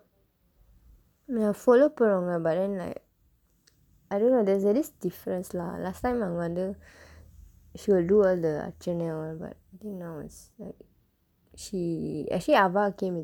ya follow பண்ணுவாங்க:pannuvaangka but then like I don't know there's a this difference lah last time அவங்க வந்து:avangka vandthu she will do all the அர்ச்சனை:archsanai all but I think now is like she actually அவ்வா:avvaa came with